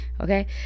okay